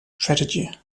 tragedy